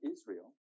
Israel